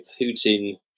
Putin